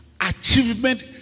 achievement